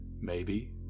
Maybe